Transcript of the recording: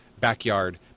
backyard